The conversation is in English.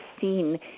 seen